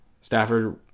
Stafford